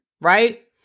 right